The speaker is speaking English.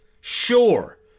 sure